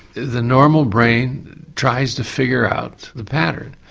the normal brain tries to figure out the pattern,